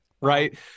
right